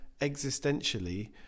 existentially